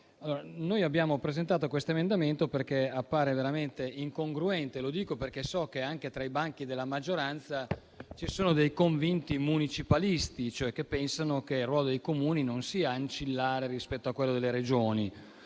Abbiamo presentato questo emendamento perché appare veramente incongruente e lo dico perché so che anche tra i banchi della maggioranza ci sono dei convinti municipalisti, che pensano che il ruolo dei Comuni non sia ancillare rispetto a quello delle Regioni,